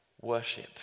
Worship